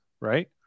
right